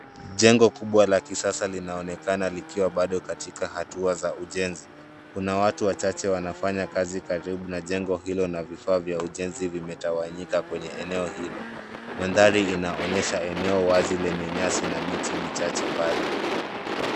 Jengo kubwa la kisasa linaonekana likiwa bado katika hatua za ujenzi. Kuna watu wachache wanafanya kazi karibu na jengo hilo na vifaa vya ujenzi vimetawanyika kwenye eneo hilo. Mandhari inaonyesha eneo wazi lenye nyasi na miti michache mbali.